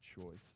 choice